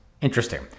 interesting